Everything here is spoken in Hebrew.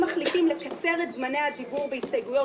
אם מחליטים לקצר את זמני הדיבור בהסתייגויות